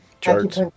Charts